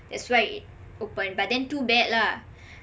that's why it's open but then too bad lah